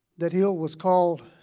that hill was called